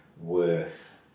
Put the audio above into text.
worth